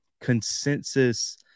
consensus